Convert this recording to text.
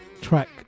track